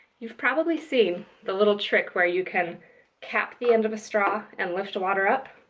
you've probably seen the little trick where you can cap the end of a straw and lift water up?